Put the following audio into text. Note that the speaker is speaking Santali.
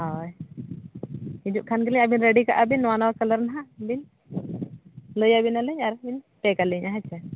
ᱦᱳᱭ ᱦᱤᱡᱩᱜ ᱠᱷᱟᱡ ᱫᱚᱞᱤᱧ ᱟᱹᱵᱤᱱ ᱨᱮᱰᱤ ᱠᱟᱜᱼᱟᱹᱵᱤᱱ ᱱᱚᱣᱟ ᱱᱚᱣᱟ ᱠᱟᱞᱟᱨ ᱦᱟᱜ ᱵᱤᱱ ᱞᱟᱹᱭᱟᱵᱮᱱᱟᱞᱤᱧ ᱟᱨᱵᱮᱱ ᱯᱮᱠ ᱟᱹᱞᱤᱧᱟ ᱦᱮᱥᱮ